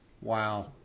Wow